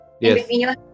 Yes